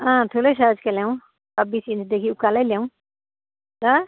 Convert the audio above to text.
अँ ठुलै साइजको ल्याउँ छब्बिस इन्चदेखि उकालै ल्याउँ ल